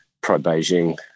pro-Beijing